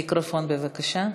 מיקרופון בבקשה.